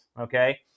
Okay